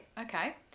okay